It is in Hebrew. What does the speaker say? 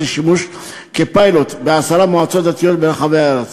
לשימוש כפיילוט בעשר מועצות דתיות ברחבי הארץ.